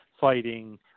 fighting